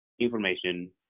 information